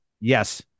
Yes